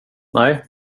nej